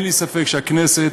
אין לי ספק שהכנסת,